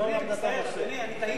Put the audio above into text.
אדוני, אני מצטער, אני טעיתי.